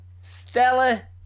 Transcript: Stella